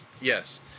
Yes